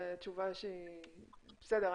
בסדר,